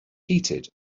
heated